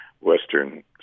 western